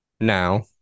Now